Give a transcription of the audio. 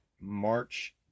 March